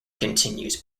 continues